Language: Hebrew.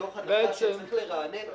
מתוך הנחה שצריך לרענן,